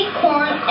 corn